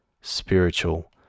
spiritual